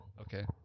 Okay